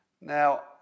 Now